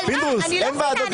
אבל אני לא מבינה,